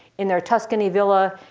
in their tuscany villa,